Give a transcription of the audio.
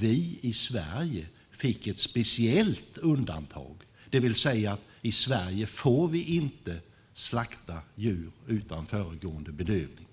Vi i Sverige fick ett speciellt undantag, det vill säga att vi i Sverige inte får slakta djur utan föregående bedövning.